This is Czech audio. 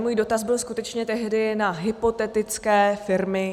Můj dotaz byl skutečně tehdy na hypotetické firmy.